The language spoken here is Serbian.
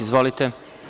Izvolite.